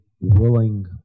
willing